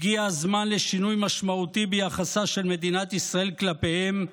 הגיע הזמן לשינוי משמעותי ביחסה של מדינת ישראל כלפיהם,